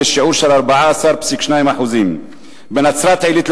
שהוא 14.2%. בנצרת-עילית,